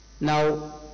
Now